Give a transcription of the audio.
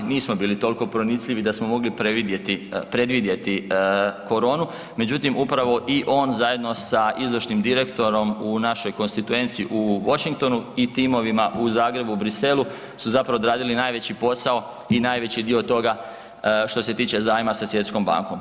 Nismo bili toliko pronicljivi da smo mogli predvidjeti koronu, međutim upravo i on zajedno sa izvršnim direktorom u našoj konstituenci u Washingtonu i timovima u Zagrebu i Bruxellesu su odradili najveći posao i najveći dio toga što se tiče zajma sa Svjetskom bankom.